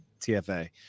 TFA